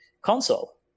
Console